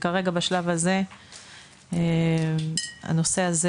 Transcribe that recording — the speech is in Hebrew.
שכרגע בשלב הזה הנושא הזה